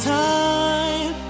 time